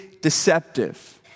deceptive